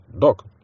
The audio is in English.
doc